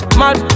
mad